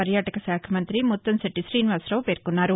వర్యాటక శాఖ మంతి ముత్తంశెట్టి శ్రీనివాసరావు పేర్కొన్నారు